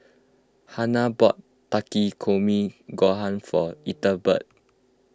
Hanna bought Takikomi Gohan for Ethelbert